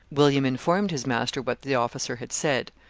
william informed his master what the officer had said.